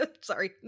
sorry